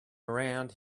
around